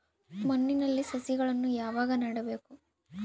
ಮಣ್ಣಿನಲ್ಲಿ ಸಸಿಗಳನ್ನು ಯಾವಾಗ ನೆಡಬೇಕು?